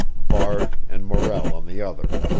varde and morrell on the other.